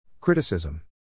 Criticism